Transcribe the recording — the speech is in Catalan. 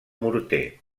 morter